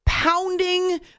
pounding